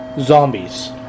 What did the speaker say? Zombies